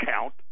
count